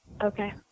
Okay